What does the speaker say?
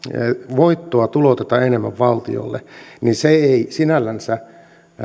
voittoa tuloutetaan enemmän valtiolle niin se ei sinällänsä